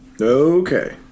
Okay